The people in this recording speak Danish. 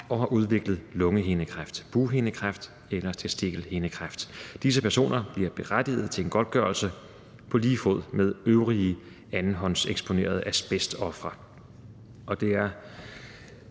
og har udviklet lungehindekræft, bughindekræft eller testikelhindekræft. Disse personer bliver berettiget til en godtgørelse på lige fod med øvrige andenhåndseksponerede asbestofre. Det er